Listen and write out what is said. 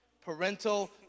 Parental